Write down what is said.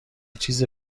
چیز